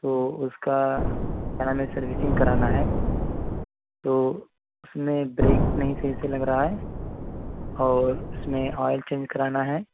تو اس کا کیا نام ہے سروسنگ کرانا ہے تو اس میں ایک بریک نہیں صحیح سے لگ رہا ہے اور اس میں آئل چینج کرانا ہے